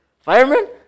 Fireman